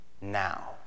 Now